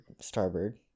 starboard